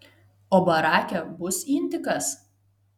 o barake bus intikas